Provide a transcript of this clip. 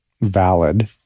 valid